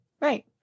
right